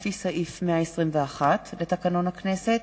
לפי סעיף 121 לתקנון הכנסת,